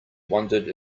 wondered